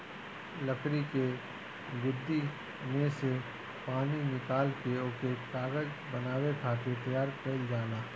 लकड़ी के लुगदी में से पानी निकाल के ओके कागज बनावे खातिर तैयार कइल जाला